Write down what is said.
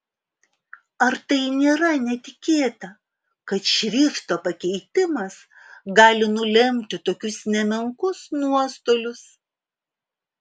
ar tai nėra netikėta kad šrifto pakeitimas gali nulemti tokius nemenkus nuostolius